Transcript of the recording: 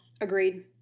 agreed